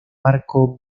marco